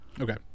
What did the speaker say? Okay